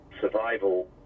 survival